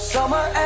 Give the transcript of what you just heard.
Summer